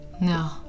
No